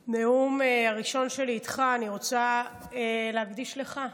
את הנאום הראשון שלי איתך אני רוצה להקדיש לך,